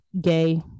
gay